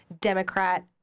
Democrat